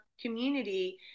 community